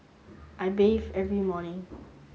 I bathe every morning